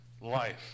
life